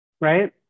right